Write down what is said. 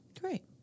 Great